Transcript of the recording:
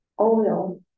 Oil